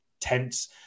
tense